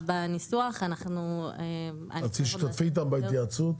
בניסוח אנחנו --- אז תשתתפי איתם בהתייעצות.